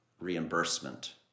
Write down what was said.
reimbursement